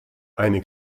eine